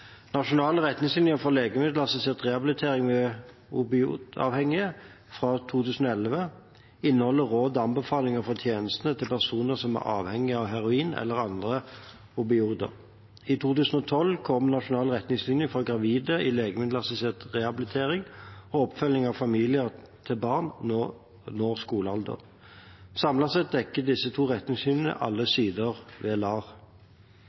for legemiddelassistert rehabilitering ved opioidavhengighet fra 2011 inneholder råd og anbefalinger for tjenestene til personer som er avhengige av heroin eller andre opioider. I 2012 kom Nasjonal retningslinje for gravide i legemiddelassistert rehabilitering og oppfølging av familiene frem til barnet når skolealder. Samlet sett dekker disse to retningslinjene alle sider ved LAR.